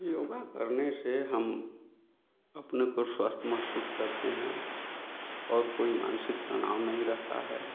योगा करने से हम अपने को स्वस्थ महसूस करते हैं और कोई मानसिक तनाव नहीं रहता है